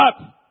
up